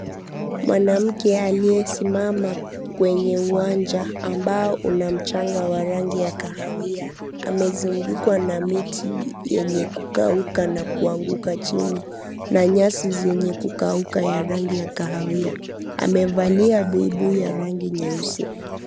Mwanamke aliyesimama kwa uwanja ambao una mchanga wa rangi ya kahawia amezungukwa na miti yenye kukauka na kuanguka chini na rangi zenye kukauka za rangi ya kahawia amevalia buibui ya rangi nyeusi.